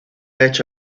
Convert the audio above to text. hecho